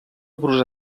brusa